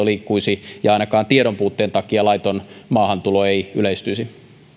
liikkuisi ja ainakaan tiedonpuutteen takia laiton maahantulo ei yleistyisi